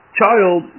child